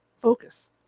Focus